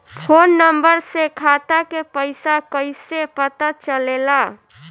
Phone number से खाता के पइसा कईसे पता चलेला?